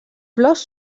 flors